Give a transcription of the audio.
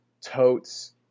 totes